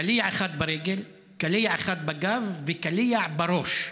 קליע אחד ברגל, קליע אחד בגב וקליע בראש,